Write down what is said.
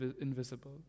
invisible